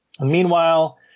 Meanwhile